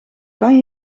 kan